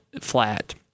flat